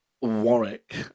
Warwick